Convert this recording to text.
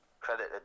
credit